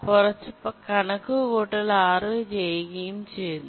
കുറച്ച് കണക്കുകൂട്ടൽ R ചെയ്യുകയും ചെയ്യുന്നു